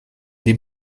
dem